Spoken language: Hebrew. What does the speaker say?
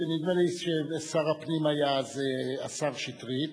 נדמה לי ששר הפנים היה אז השר שטרית,